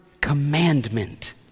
commandment